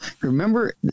Remember